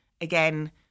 again